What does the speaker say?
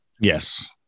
Yes